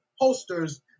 posters